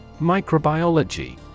Microbiology